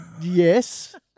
yes